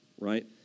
right